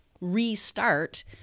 restart